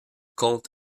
compte